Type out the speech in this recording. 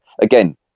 again